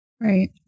right